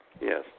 Yes